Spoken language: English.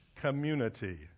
community